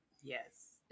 Yes